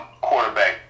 quarterback